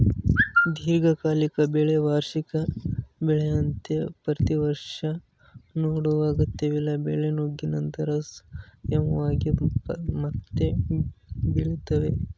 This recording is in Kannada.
ದೀರ್ಘಕಾಲಿಕ ಬೆಳೆ ವಾರ್ಷಿಕ ಬೆಳೆಯಂತೆ ಪ್ರತಿವರ್ಷ ನೆಡುವ ಅಗತ್ಯವಿಲ್ಲದ ಬೆಳೆ ಸುಗ್ಗಿ ನಂತರ ಸ್ವಯಂವಾಗಿ ಮತ್ತೆ ಬೆಳಿತವೆ